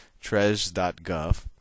treas.gov